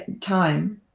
time